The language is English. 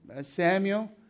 Samuel